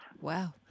Wow